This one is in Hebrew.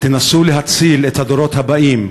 תנסו להציל את הדורות הבאים,